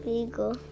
Beagle